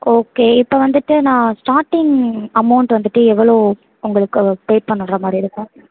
okay இப்போ வந்துவிட்டு நான் ஸ்டார்டிங் அமௌண்ட் வந்துவிட்டு எவ்வளோ உங்களுக்கு பே பண்ணுறா மாதிரி இருக்கும்